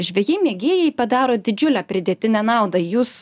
žvejai mėgėjai padaro didžiulę pridėtinę naudą jūs